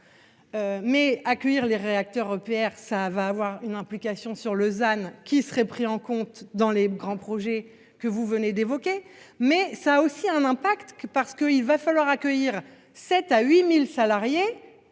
Mais accueillir les réacteurs EPR, ça va avoir une implication sur Lausanne qui serait pris en compte dans les grands projets que vous venez d'évoquer, mais ça a aussi un impact que parce qu'il va falloir accueillir 7 à 8000 salariés